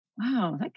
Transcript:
wow